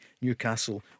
Newcastle